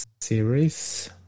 series